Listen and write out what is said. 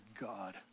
God